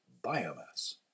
biomass